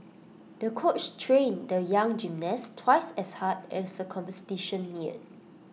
the coach trained the young gymnast twice as hard as the competition neared